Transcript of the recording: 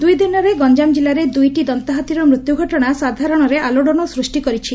ଦୁଇ ଦିନରେ ଗଞ୍ଞାମ କିଲ୍ଲାରେ ଦୁଇଟି ଦନ୍ତାହାତୀର ମୃତ୍ୟୁ ଘଟଣା ସାଧାରଣରେ ଆଲୋଡନ ସୃଷ୍ଟି କରିଛି